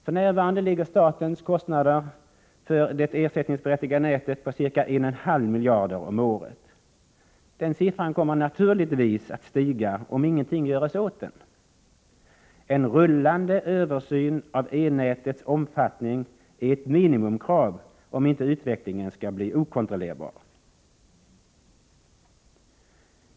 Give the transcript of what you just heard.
För närvarande ligger statens kostnader för det ersättningsberättigade nätet på ca 1,5 miljarder om året. Den siffran kommer naturligtvis att stiga om ingenting görs åt den. En rullande översyn av E-nätets omfattning är ett minimikrav, om inte utvecklingen skall bli okontrollerbar.